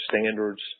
standards